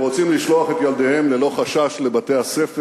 הם רוצים לשלוח את ילדיהם ללא חשש לבתי-הספר,